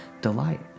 delight